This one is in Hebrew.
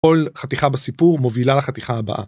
כל חתיכה בסיפור מובילה לחתיכה הבאה.